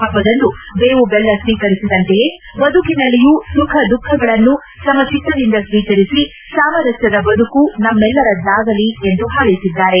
ಹಬ್ಲದಂದು ಬೇವು ಬೆಲ್ಲ ಸ್ನೀಕರಿಸಿದಂತೆಯೇ ಬದುಕಿನಲ್ಲಿಯೂ ಸುಖ ದುಃಖಗಳನ್ನು ಸಮಚಿತ್ತದಿಂದ ಸ್ನೀಕರಿಸಿ ಸಾಮರಸ್ಥದ ಬದುಕು ನಮ್ಮೆಲ್ಲರದ್ವಾಗಲಿ ಎಂದು ಆಶಿಸಿದ್ದಾರೆ